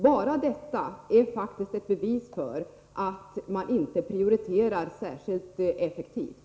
Bara detta är faktiskt ett bevis för att man inte prioriterar särskilt effektivt.